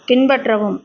பின்பற்றவும்